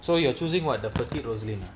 so you are choosing what the fatigue rosaline